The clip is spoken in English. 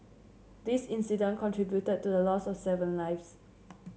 this incident contributed to the loss of seven lives